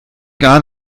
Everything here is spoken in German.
gar